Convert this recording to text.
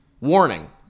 Warning